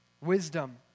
wisdom